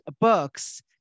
books